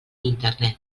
internet